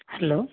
hello